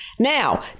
Now